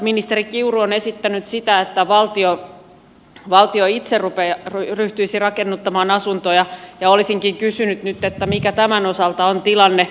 ministeri kiuru on esittänyt että valtio itse ryhtyisi rakennuttamaan asuntoja ja olisinkin nyt kysynyt mikä tämän osalta on tilanne